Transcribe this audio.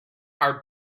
are